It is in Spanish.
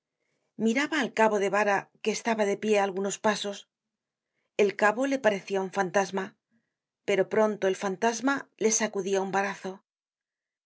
miraba al cabo de vara que estaba de pié á algunos pasos el cabo le parecia un fantasma pero pronto el fantasma le sacudia un varazo